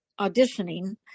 auditioning